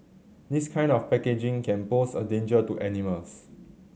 this kind of packaging can pose a danger to animals